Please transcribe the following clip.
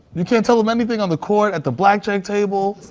you can't tell him anything on the court, at the blackjack table.